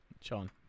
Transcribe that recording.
Sean